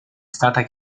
stata